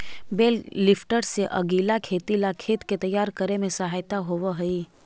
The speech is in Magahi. बेल लिफ्टर से अगीला खेती ला खेत के तैयार करे में सहायता होवऽ हई